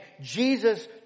Jesus